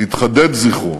התחדד זכרו,